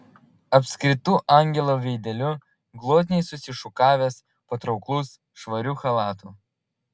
apskritu angelo veideliu glotniai susišukavęs patrauklus švariu chalatu